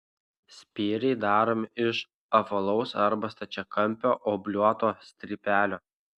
spyriai daromi iš apvalaus arba stačiakampio obliuoto strypelio